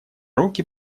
руки